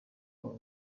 wawe